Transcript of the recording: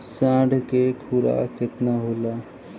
साँढ़ के खुराक केतना होला?